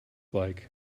like